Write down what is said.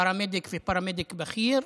פרמדיק ופרמדיק בכיר,